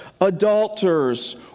adulterers